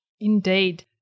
Indeed